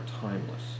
timeless